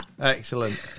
excellent